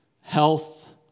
health